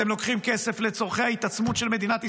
אתם לוקחים כסף לצורכי ההתעצמות של מדינת ישראל,